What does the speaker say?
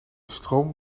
stroom